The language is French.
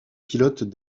pilotes